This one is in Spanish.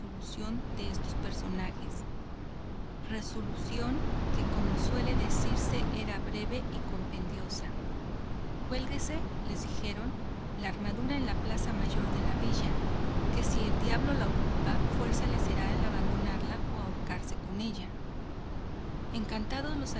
resolución de estos personajes resolución que como suele decirse era breve y compendiosa cuélguese les dijeron la armadura en la plaza mayor de la villa que si el diablo la ocupa fuerza le será el abandonarla o ahorcarse con ella encantados